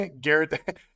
Garrett